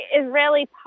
Israeli